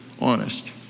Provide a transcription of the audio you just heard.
honest